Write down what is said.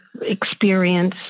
experience